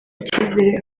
icyizere